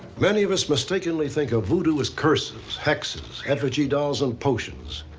many of us mistakenly think of voodoo as curses, hexes, effigy dolls, and potions.